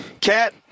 Cat